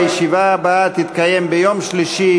הישיבה הבאה תתקיים ביום שלישי,